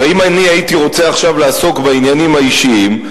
הרי אם אני הייתי רוצה לעסוק עכשיו בעניינים האישיים,